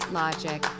logic